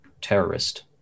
Terrorist